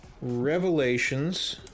Revelations